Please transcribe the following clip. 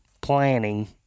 planning